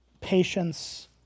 patience